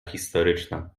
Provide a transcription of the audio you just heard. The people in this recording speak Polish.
historyczna